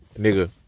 nigga